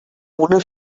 una